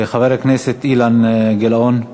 חבר הכנסת אילן גילאון.